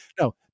no